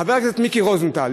חבר הכנסת מיקי רוזנטל,